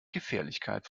gefährlichkeit